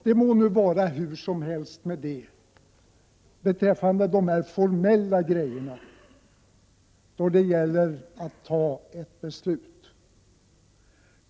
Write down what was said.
Det må nu vara hur som helst med det formella i samband med sådana här beslut.